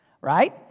right